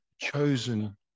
chosen